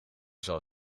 zal